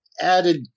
added